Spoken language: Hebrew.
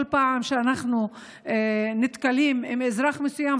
כל פעם אנחנו נתקלים באזרח מסוים,